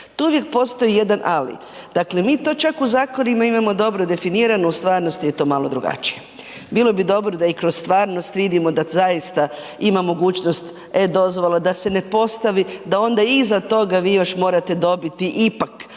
tu uvijek postoji jedan ali. Dakle mi to čak u zakonima imamo dobro definirano, u stvarnosti je to mali drugačije. bilo bi dobro da i kroz stvarnost vidimo da zaista imamo mogućnost e-dozvole, da se ne postavi da onda iza toga vi još morate dobiti ipak